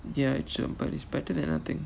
ya sure but it's better than nothing